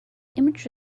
image